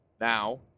Now